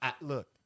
look